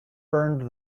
burned